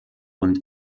und